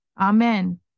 amen